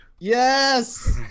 Yes